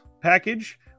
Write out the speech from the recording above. package